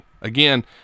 Again